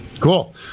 Cool